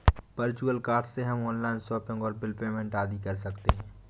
virtual card से हम online shopping और बिल पेमेंट आदि कर सकते है